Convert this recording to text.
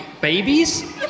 babies